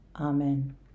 Amen